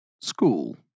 School